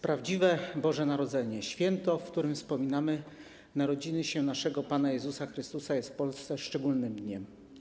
Prawdziwe Boże Narodzenie, święto, w które wspominamy narodziny naszego Pana Jezusa Chrystusa, jest w Polsce szczególnym dniem.